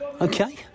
Okay